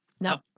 No